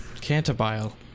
Cantabile